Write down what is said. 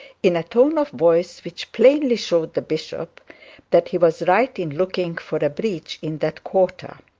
in a tone of voice which plainly showed the bishop that he was right in looking for a breach in that quarter.